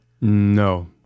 No